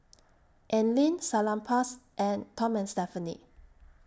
Anlene Salonpas and Tom and Stephanie